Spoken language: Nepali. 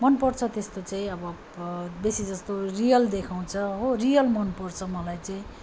मन पर्छ त्यस्तो चाहिँ अब ब बेसी जस्तो रियल देखाउँछ हो रियल मन पर्छ मलाई चाहिँ